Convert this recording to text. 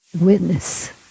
witness